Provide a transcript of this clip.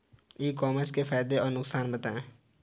ई commerce के फायदे और नुकसान बताएँ?